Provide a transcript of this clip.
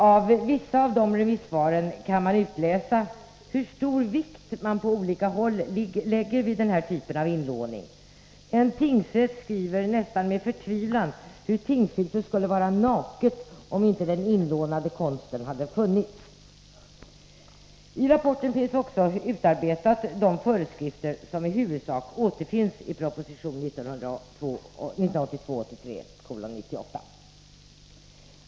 Av vissa av de remissvaren kan utläsas hur stor vikt man på olika håll lägger vid den här typen av inlåning. En tingsrätt skriver nästan med förtvivlan att tingshuset skulle vara ”naket” om inte den inlånade konsten hade funnits. I rapporten finns också de föreskrifter utarbetade som i huvudsak återfinns i proposition 1982/83:98.